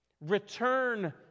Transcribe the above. Return